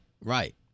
Right